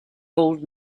old